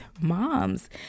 moms